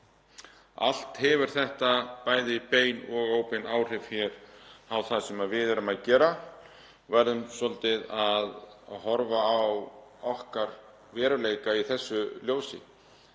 Allt hefur þetta bæði bein og óbein áhrif á það sem við erum að gera. Við verðum svolítið að horfa á okkar veruleika í þessu ljósi.